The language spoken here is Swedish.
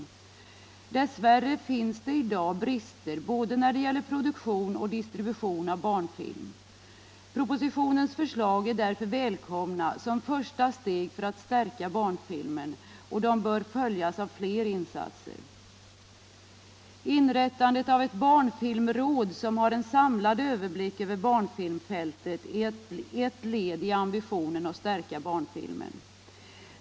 Dess värre finns det i dag brister när det gäller både produktion och distribution av barnfilm. Propositionens förslag är därför välkomna som första steg för att stärka barnfilmen, och de bör följas av fler insatser. Inrättandet av ett barnfilmråd som har en samlad överblick över barnfilmfältet är ett led i ambitionen att stärka barnfilmen.